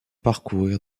parcourir